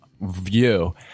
view